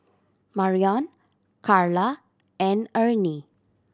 Marrion Karla and Ernie